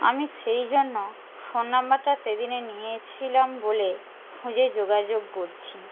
আমি সেই জন্য ফোন নাম্বারটা সেদিনে নিয়েছিলাম বলে খুঁজে যোগাযোগ করছি